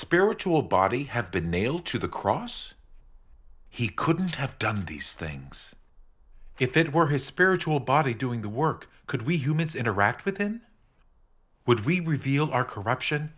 spiritual body have been nailed to the cross he couldn't have done these things if it were his spiritual body doing the work could we humans interact with then would we reveal our corruption